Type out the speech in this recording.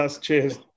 cheers